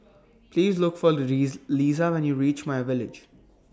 Please Look For Liza when YOU REACH MyVillage